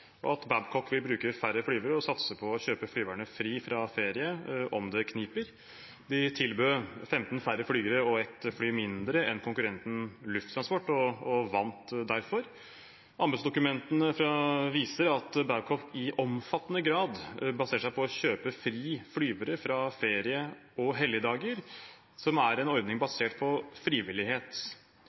og at Babcock vil bruke færre flyvere og satser på å kjøpe flyverne fri fra ferie om det kniper. De tilbød 15 færre flyvere og ett fly mindre enn konkurrenten Lufttransport og vant derfor. Anbudsdokumentene viser at Babcock i omfattende grad baserer seg på å kjøpe fri flyvere fra ferie og helligdager, som er en ordning basert på frivillighet.